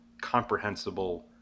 comprehensible